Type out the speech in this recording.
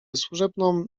służebną